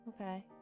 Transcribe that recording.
Okay